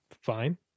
fine